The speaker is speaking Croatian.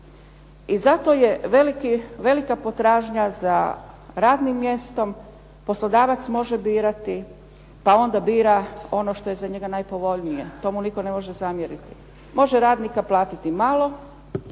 I zato je velika potražnja za radnim mjestom, poslodavac može birati, pa onda bira ono što je za njega najpovoljnije, to mu nitko ne može zamjeriti. Može radnika platiti malo,